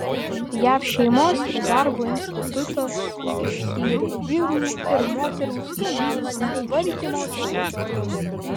jav šeimos ir darbo institutas ištyrė vyrų ir moterų finansų tvarkymo skirtumus